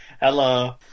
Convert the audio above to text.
hello